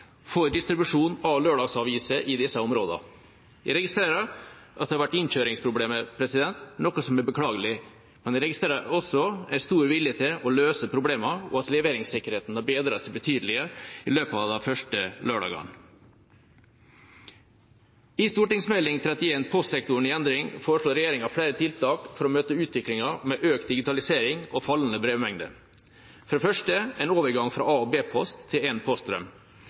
for distribusjon av lørdagsaviser i disse områdene. Jeg registrerer at det har vært innkjøringsproblemer, noe som er beklagelig, men jeg registrerer også stor vilje til å løse problemer, og at leveringssikkerheten har bedret seg betydelig i løpet av de første lørdagene. I Meld. St. 31 for 2015–2016 Postsektoren i endring foreslår regjeringa flere tiltak for å møte utviklingen med økt digitalisering og fallende brevmengde, for det første en overgang fra A- og B-post til én poststrøm.